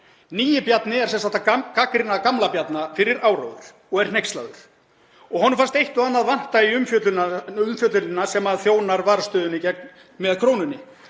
Nýi Bjarni er sem sagt að gagnrýna gamla Bjarna fyrir áróður og er hneykslaður. Honum fannst eitt og annað vanta í umfjöllunina sem þjónar varðstöðunni með krónunni